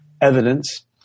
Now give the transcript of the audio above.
evidence